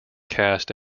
cast